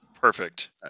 Perfect